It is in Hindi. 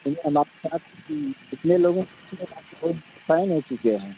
हम आपके कितने लोगों फैन हो चुके हैं